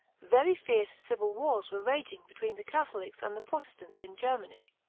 very fierce civil wars were raging between the catholics and the protestants in germany.